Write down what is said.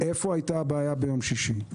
איפה היתה הבעיה ביום שישי?